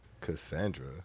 Cassandra